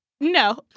No